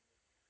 mmhmm